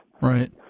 Right